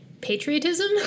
patriotism